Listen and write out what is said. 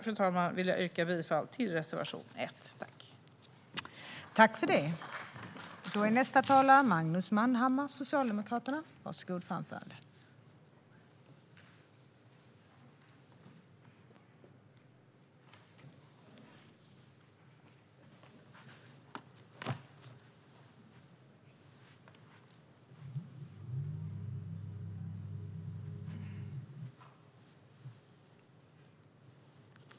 Med detta vill jag yrka bifall till reservation 1.